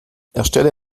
erstelle